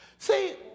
See